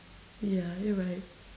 yeah you're right